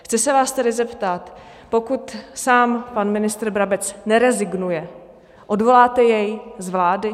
Chci se vás tedy zeptat: pokud sám pan ministr Brabec nerezignuje, odvoláte jej z vlády?